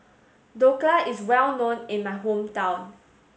Dhokla is well known in my hometown